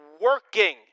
working